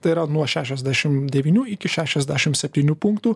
tai yra nuo šešiasdešim devynių iki šešiasdešim septynių punktų